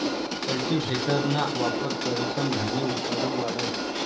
कल्टीव्हेटरना वापर करीसन धान्य उत्पादन वाढस